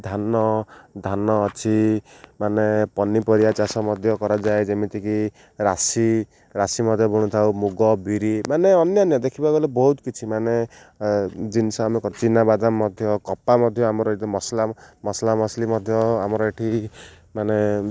ଧାନ ଧାନ ଅଛି ମାନେ ପନିପରିବା ଚାଷ ମଧ୍ୟ କରାଯାଏ ଯେମିତିକି ରାଶି ରାଶି ମଧ୍ୟ ବୁଣୁଥାଉ ମୁଗ ବିରି ମାନେ ଅନ୍ୟାନ୍ୟ ଦେଖିବାକୁ ଗଲେ ବହୁତ କିଛି ମାନେ ଜିନିଷ ଆମେ ଚିନାବାଦାମ ମଧ୍ୟ କପା ମଧ୍ୟ ଆମର ଏ ମସଲା ମସଲା ମସଲି ମଧ୍ୟ ଆମର ଏଠି ମାନେ